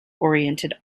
oriented